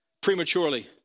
prematurely